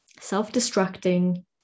self-destructing